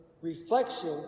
reflection